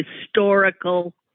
historical